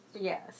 Yes